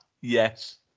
Yes